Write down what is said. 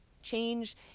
change